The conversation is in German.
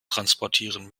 transportieren